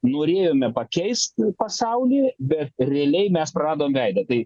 norėjome pakeist pasaulį bet realiai mes praradom veidą tai